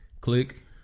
click